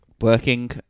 working